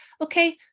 okay